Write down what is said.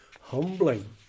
humbling